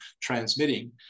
transmitting